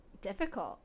difficult